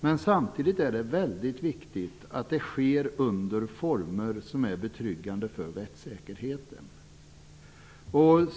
Men samtidigt är det väldigt viktigt att det sker under former som är betryggande för rättssäkerheten.